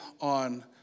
on